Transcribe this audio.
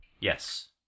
Yes